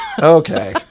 Okay